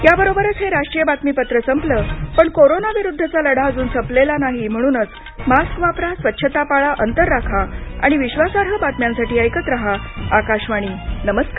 याबरोबरच हे राष्ट्रीय बातमीपत्र संपलं पण कोरोनाविरुद्धचा लढा अजून संपलेला नाही म्हणूनच मास्क वापरा स्वच्छता पाळा अंतर राखा आणि विश्वासार्ह बातम्यांसाठी ऐकत रहा आकाशवाणी नमस्कार